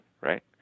right